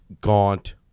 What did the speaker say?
gaunt